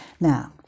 Now